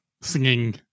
singing